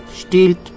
stiehlt